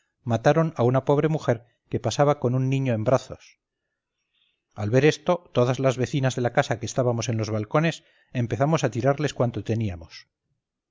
mataron a una pobre mujer que pasaba con un niño en brazos al ver esto todas las vecinas de la casa que estábamos en los balcones empezamos a tirarles cuanto teníamos